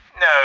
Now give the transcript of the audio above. no